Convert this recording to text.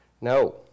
No